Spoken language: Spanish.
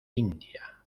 india